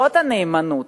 זאת הנאמנות.